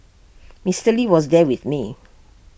Mr lee was there with me